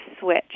switch